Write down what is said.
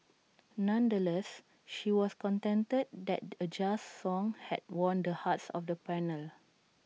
nonetheless she was contented that A jazz song had won the hearts of the panel